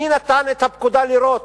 מי נתן את הפקודה לירות